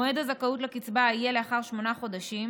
מועד הזכאות לקצבה יהיה לאחר שמונה חודשים,